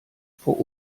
vor